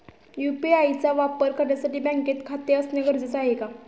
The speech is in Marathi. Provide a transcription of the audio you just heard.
यु.पी.आय चा वापर करण्यासाठी बँकेत खाते असणे गरजेचे आहे का?